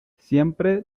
siempre